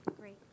Great